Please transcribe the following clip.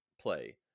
play